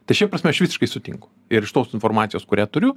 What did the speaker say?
tai šia prasme aš visiškai sutinku ir iš tos informacijos kurią turiu